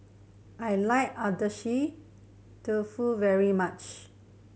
I like Agedashi Dofu very much